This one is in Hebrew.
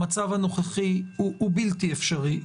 המצב הנוכחי הוא בלתי אפשרי,